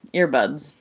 earbuds